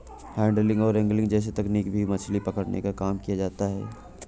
handling और angling जैसी तकनीकों से भी मछली पकड़ने का काम किया जाता है